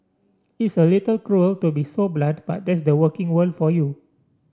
it's a little cruel to be so blunt but that's the working world for you